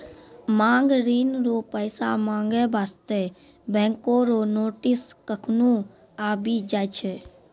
मांग ऋण रो पैसा माँगै बास्ते बैंको रो नोटिस कखनु आबि जाय छै